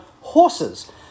horses